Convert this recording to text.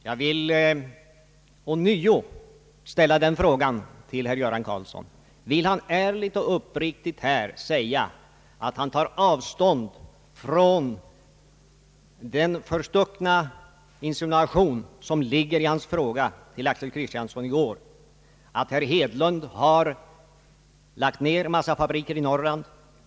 Jag vill ånyo ställa denna fråga till herr Göran Karlsson: Vill han ärligt och uppriktigt här säga att han tar avstånd från den förstuckna insinuation som ligger i hans fråga till herr Axel Kristiansson i går om att herr Hedlund har lagt ner massafabriker i Norrland?